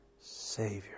Savior